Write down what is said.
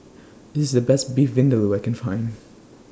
This IS The Best Beef Vindaloo I Can Find